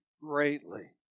greatly